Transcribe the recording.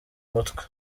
mutwe